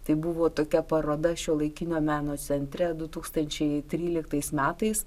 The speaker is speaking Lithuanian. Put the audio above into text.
tai buvo tokia paroda šiuolaikinio meno centre du tūkstančiai tryliktais metais